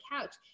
couch